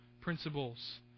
principles